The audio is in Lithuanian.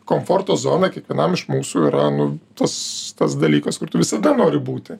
komforto zona kiekvienam iš mūsų yra nu tas tas dalykas kur tu visada nori būti